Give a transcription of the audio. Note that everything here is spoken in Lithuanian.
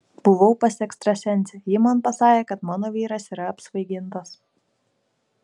buvau pas ekstrasensę ji man pasakė kad mano vyras yra apsvaigintas